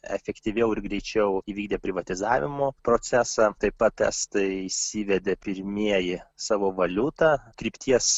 efektyviau ir greičiau įvykdė privatizavimo procesą taip pat estai įsivedė pirmieji savo valiutą krypties